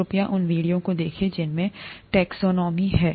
कृपया उन वीडियोज को देखें जिनमें टैक्सोनॉमी है